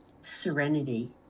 serenity